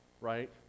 Right